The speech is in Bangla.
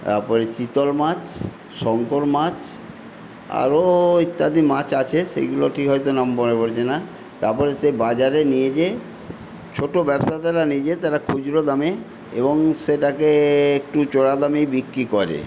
তারপরে চিতল মাছ শঙ্কর মাছ আরও ইত্যাদি মাছ আছে সেগুলো ঠিক হয় তো নাম মনে পড়ছে না তারপরে সে বাজারে নিয়ে যেয়ে ছোট ব্যবসাদাররা নিয়ে যায় তারা খুচরো দামে এবং সেটাকে একটু চড়া দামেই বিক্রি করে